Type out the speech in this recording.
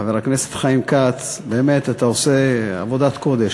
חבר הכנסת חיים כץ, באמת אתה עושה עבודת קודש.